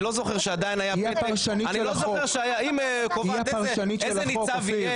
היא הפרשנית של החוק, היא הפרשנית של החוק.